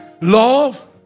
love